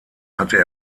hatte